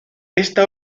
esta